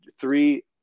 three